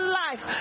life